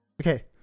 Okay